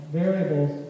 variables